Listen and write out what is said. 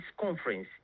conference